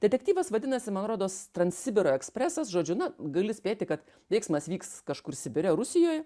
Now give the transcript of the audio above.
detektyvas vadinasi man rodos transsibiro ekspresas žodžiu na gali spėti kad veiksmas vyks kažkur sibire rusijoje